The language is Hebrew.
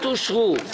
הצבעה הפניות אושרו.